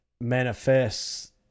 manifest